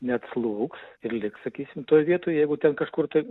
neatslūgs ir liks sakysim toj vietoj jeigu ten kažkur tai